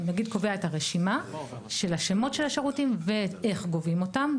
נגיד קובע את הרשימה של השמות של השירותים ואיך גובים אותם.